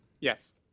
Yes